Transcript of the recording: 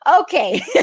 okay